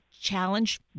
challenge